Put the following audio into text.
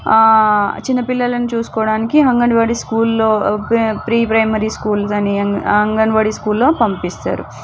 చిన్నపిల్లలను చూసుకోవడానికి అంగన్వాడి స్కూల్లో ప్రీ ప్రైమరీ స్కూల్స్ అనీ ఆ అంగన్వాడి స్కూల్లో పంపిస్తారు